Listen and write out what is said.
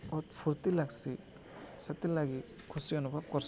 ବହୁତ୍ ଫୁର୍ତ୍ତି ଲାଗ୍ସି ସେଥିର୍ଲାଗି ଖୁସି ଅନୁଭବ କର୍ସି